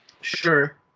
Sure